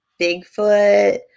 Bigfoot